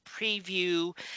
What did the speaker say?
preview